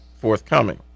forthcoming